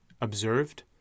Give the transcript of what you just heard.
observed